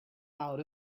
out